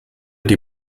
die